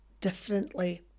differently